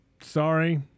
sorry